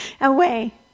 away